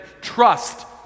Trust